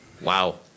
Wow